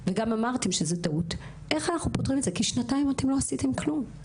אמרתם שזו טעות, ושנתיים לא עשיתם כלום.